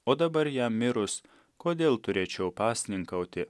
o dabar jam mirus kodėl turėčiau pasninkauti